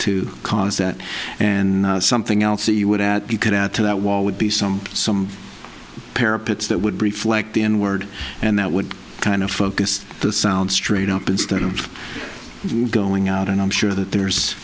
to cause that and something else that you would add you could add to that wall would be some some parapets that would reflect the n word and that would kind of focus the sound straight up instead of going out and i'm sure that there's